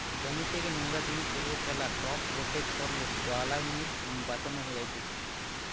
জমি থেকে নোংরা জিনিস সরিয়ে ফ্যালা, ক্রপ রোটেট করলে বালাই নু বাঁচান যায়তিছে